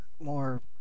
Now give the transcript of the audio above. more